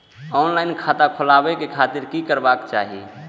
Online खाता खोलाबे के खातिर कि करबाक चाही?